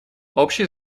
общей